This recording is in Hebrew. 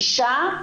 אישה,